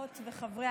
חברות וחברי